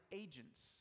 agents